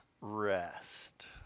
rest